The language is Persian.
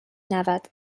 نود